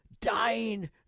dying